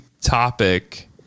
topic